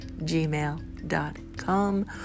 gmail.com